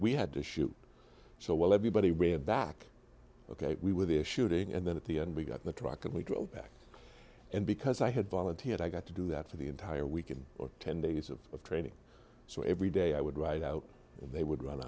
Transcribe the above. we had to shoot so well everybody we're back ok we were there shooting and then at the end we got the truck and we drove back and because i had volunteered i got to do that for the entire weekend or ten days of training so every day i would ride out and they would run